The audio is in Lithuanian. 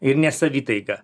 ir ne savitaiga